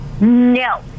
no